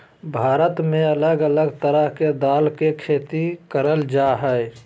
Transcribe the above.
भारत में अलग अलग तरह के दाल के खेती करल जा हय